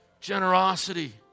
Generosity